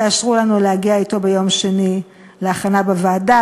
תאשרו לנו להגיע אתו ביום שני להכנה בוועדה,